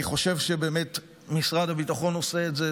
אני חושב שבאמת משרד הביטחון עושה את זה.